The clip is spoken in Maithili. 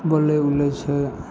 बोलै उलै छै